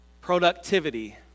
productivity